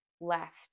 left